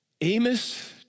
Amos